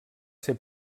ser